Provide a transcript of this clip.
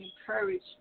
encourage